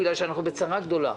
בגלל שאנחנו בצרה גדולה.